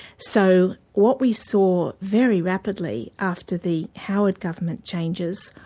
so what we saw very rapidly after the howard government changes,